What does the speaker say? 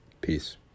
peace